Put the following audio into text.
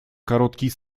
короткий